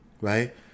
right